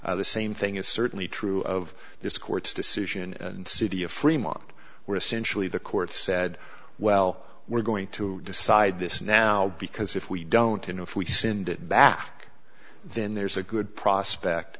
finality the same thing is certainly true of this court's decision and city of freemont where essentially the court said well we're going to decide this now because if we don't and if we send it back then there's a good prospect